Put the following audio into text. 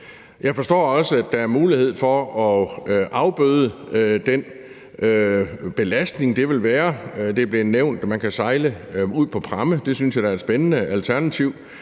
Jeg forstår også, at der er mulighed for at afbøde den belastning, det vil være. Det er blevet nævnt, at man kan sejle det ud på pramme. Det synes jeg da er et spændende alternativ,